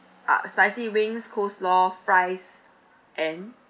uh spicy wings coleslaw fries and